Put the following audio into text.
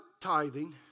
tithing